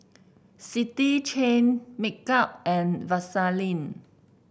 City Chain Make Up and Vaseline